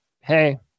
hey